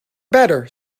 better